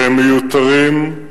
והם מיותרים,